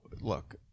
look